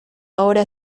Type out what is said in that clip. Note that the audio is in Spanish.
ahora